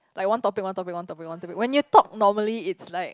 like one topic one topic one topic one topic when you talk normally it's like